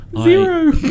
Zero